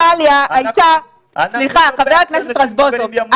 חבר הכנסת רזבוזוב,